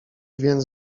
więc